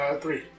Three